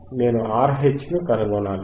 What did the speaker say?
నేను RH ను కనుగొనాలి